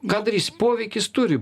ką darys poveikis turi